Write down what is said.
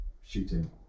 shooting